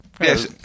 Yes